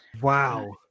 Wow